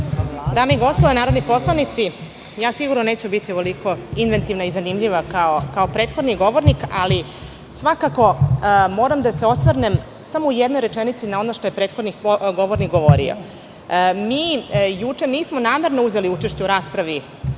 Dame i gospodo narodni poslanici, sigurno neću biti ovoliko inventivna i zanimljiva kao prethodni govornik, ali svakako moram da se osvrnem u jednoj rečenici na ono što je prethodni govornik govorio. Juče namerno nismo uzeli učešće u raspravi